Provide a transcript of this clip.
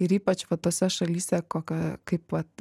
ir ypač va tose šalyse kokia kaip vat